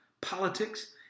politics